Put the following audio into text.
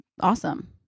awesome